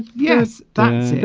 yes that's